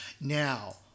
Now